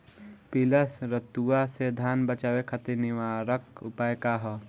पीला रतुआ से धान बचावे खातिर निवारक उपाय का ह?